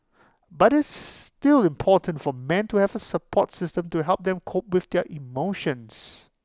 but it's still important for men to have A support system to help them cope with their emotions